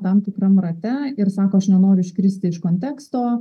tam tikram rate ir sako aš nenoriu iškristi iš konteksto